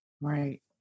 Right